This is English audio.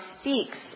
speaks